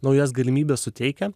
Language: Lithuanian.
naujas galimybes suteikia